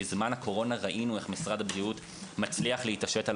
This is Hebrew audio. בזמן הקורונה ראינו איך משרד הבריאות מצליח להתעשת על